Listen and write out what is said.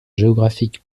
géographique